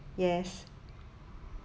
yes